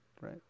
right